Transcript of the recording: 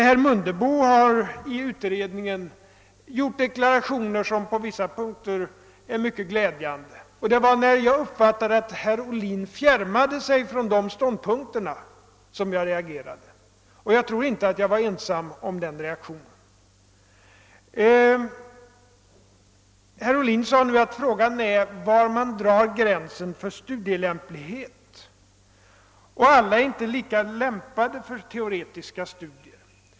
Herr Mundebo har i utredningen gjort deklarationer, som på vissa punkter är mycket glädjande. När jag uppfattade saken så, att herr Ohlin fjärmade sig från de ståndpunkterna reagerade jag, och jag tror inte jag var ensam om att göra det. Sedan sade herr Ohlin att frågan är var man drar gränsen för studielämplighet; alla är inte lika lämpade för teoretiska studier.